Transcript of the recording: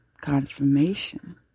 Confirmation